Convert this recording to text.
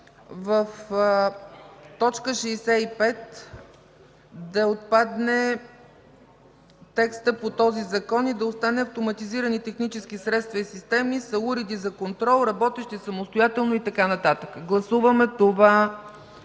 в т. 65 да отпадне текстът „по този Закон” и да остане „Автоматизирани технически средства и системи” са уреди за контрол, работещи самостоятелно...” и така нататък. Гласуваме това